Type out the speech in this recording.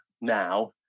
now